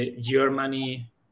Germany